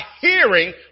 hearing